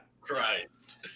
Christ